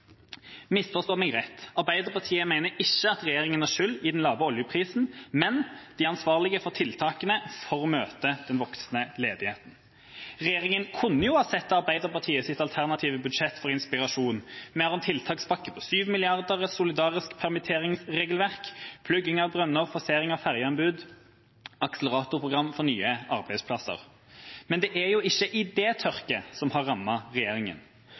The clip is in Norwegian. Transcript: Misforstå meg rett – Arbeiderpartiet mener ikke at regjeringa har skyld i den lave oljeprisen, men den er ansvarlig for tiltakene for å møte den voksende ledigheten. Regjeringa kunne jo sett til Arbeiderpartiets alternative budsjett for inspirasjon. Vi har en tiltakspakke på 7 mrd. kr, et solidarisk permitteringsregelverk, plugging av brønner, forsering av ferjeanbud og et akseleratorprogram for nye arbeidsplasser. Men det er ikke idétørke som har rammet regjeringa.